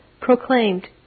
proclaimed